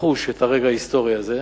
לחוש את הרגע ההיסטורי הזה,